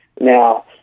now